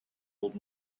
old